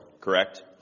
Correct